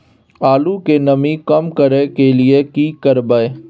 आलू के नमी के कम करय के लिये की करबै?